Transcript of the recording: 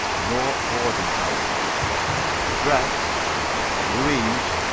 no boarding-house address louise,